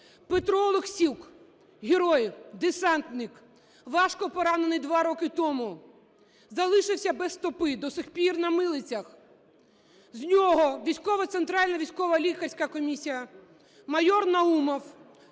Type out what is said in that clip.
Петро Олексюк – герой, десантник, важко поранений 2 роки тому, залишився без стопи і до сих пір на милицях. З нього військова